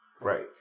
Right